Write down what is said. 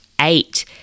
eight